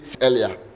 earlier